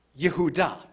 Yehuda